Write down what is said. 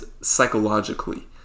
psychologically